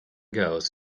girls